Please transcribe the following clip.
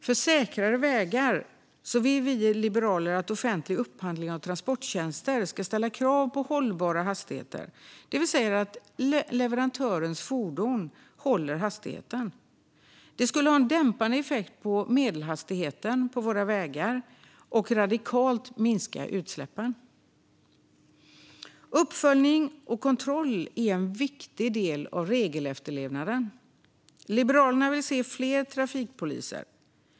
För säkrare vägar vill vi liberaler att man vid offentlig upphandling av transporttjänster ska ställa krav på hållbara hastigheter, det vill säga att leverantörens fordon håller hastigheten. Det skulle ha en dämpande effekt på medelhastigheten på våra vägar och radikalt minska utsläppen. Uppföljning och kontroll är en viktig del av regelefterlevnaden. Liberalerna vill se fler trafikpoliser.